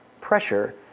pressure